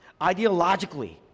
ideologically